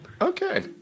okay